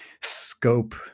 scope